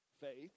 faith